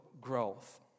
growth